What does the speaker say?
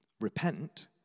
Repent